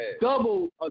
double